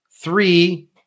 Three